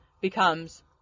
becomes